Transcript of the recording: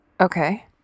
Okay